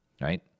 right